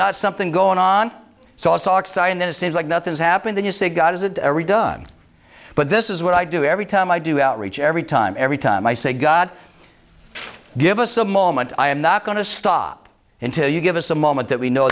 not something going on saw socks and then it seems like nothing's happened then you say god is it ever done but this is what i do every time i do outreach every time every time i say god give us a moment i am not going to stop until you give us a moment that we know